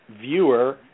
viewer